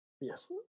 Yes